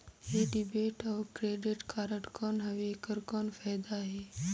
ये डेबिट अउ credit card कौन हवे एकर कौन फाइदा हे?